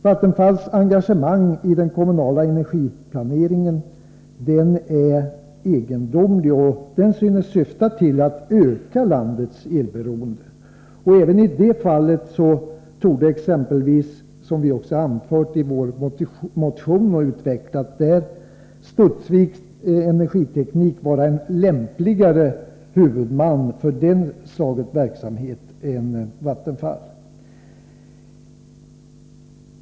Vattenfalls engagemang i den kommunala energiplaneringen är egendomlig och synes syfta till att öka landets elberoende. Även i det fallet torde exempelvis, som vi har anfört och utvecklat i vår motion, Studsvik Energiteknik AB vara en lämpligare huvudman för detta slag av verksamhet än Vattenfall.